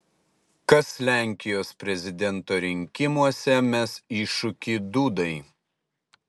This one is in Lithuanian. kas lenkijos prezidento rinkimuose mes iššūkį dudai